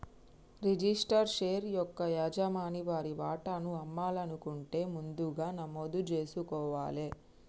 registered share యొక్క యజమాని వారి వాటాను అమ్మాలనుకుంటే ముందుగా నమోదు జేసుకోవాలే